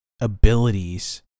abilities